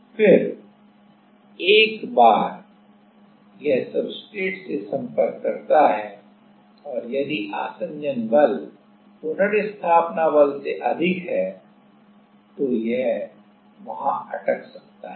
फिर एक बार यह सब्सट्रेट से संपर्क करता है और यदि आसंजन बल पुनर्स्थापना बल से अधिक है तो यह वहा अटक सकता है